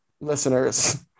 listeners